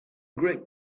great